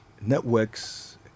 networks